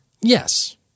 yes